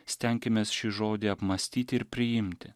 stenkimės šį žodį apmąstyti ir priimti